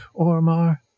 Ormar